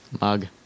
Mug